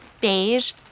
beige